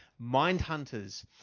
Mindhunters